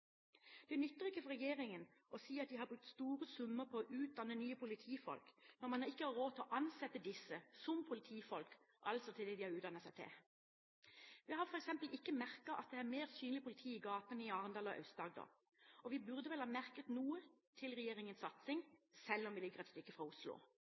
Det nytter ikke for regjeringen å si at de har brukt store summer på å utdanne nye politifolk, når man ikke har råd til å ansette disse som politifolk, altså til det de har utdannet seg til. Vi har f.eks. ikke merket at det er mer synlig politi i gatene i Arendal og Aust-Agder, og vi burde vel ha merket noe til regjeringens satsing, selv om vi ligger et stykke fra Oslo.